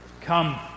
come